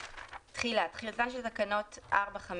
תקנה 15. תחילה תחילתן של תקנות 4(5),